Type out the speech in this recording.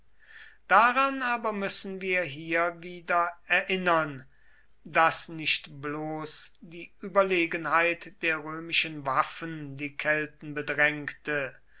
daran aber müssen wir hier wieder erinnern daß nicht bloß die überlegenheit der römischen waffen die kelten bedrängte